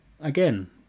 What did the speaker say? again